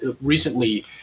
recently